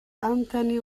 anthony